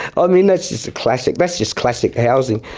i mean that's just a classic, that's just classic housing.